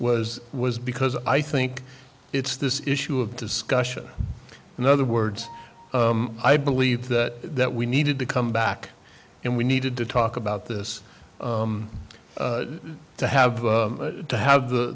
was was because i think it's this issue of discussion in other words i believe that that we needed to come back and we needed to talk about this to have to have